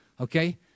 Okay